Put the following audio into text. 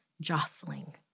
jostling